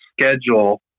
schedule